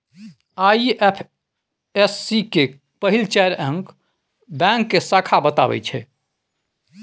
IFSC केर पहिल चारि अंक बैंक के शाखा बताबै छै